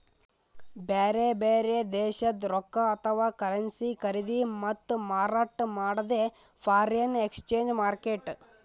ಬ್ಯಾರೆ ಬ್ಯಾರೆ ದೇಶದ್ದ್ ರೊಕ್ಕಾ ಅಥವಾ ಕರೆನ್ಸಿ ಖರೀದಿ ಮತ್ತ್ ಮಾರಾಟ್ ಮಾಡದೇ ಫಾರೆನ್ ಎಕ್ಸ್ಚೇಂಜ್ ಮಾರ್ಕೆಟ್